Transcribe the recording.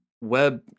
web